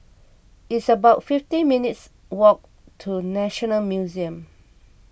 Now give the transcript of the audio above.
it's about fifty minutes' walk to National Museum